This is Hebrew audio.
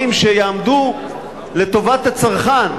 שיעמדו לטובת הצרכן.